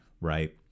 Right